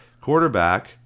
quarterback